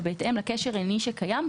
ובהתאם לקשר ענייני שקיים,